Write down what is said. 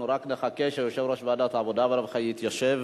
אנחנו רק נחכה שיושב-ראש ועדת העבודה והרווחה יתיישב.